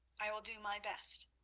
i will do my best,